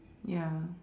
ya